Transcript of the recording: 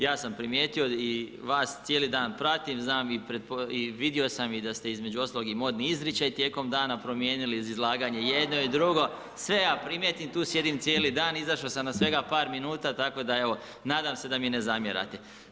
Ja sam primijetio i vas cijeli dan pratim, znam i vidio sam da ste između ostalog i modni izričaj tijekom dana promijenili, izlaganje i jedno i drugo, sve ja primijetim, tu sjedim cijeli dan, izašao sam na svega par minuta, tako da, evo, nadam se da mi ne zamjerate.